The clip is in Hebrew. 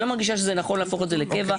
אני לא מרגישה שזה נכון להפוך את זה לקבע,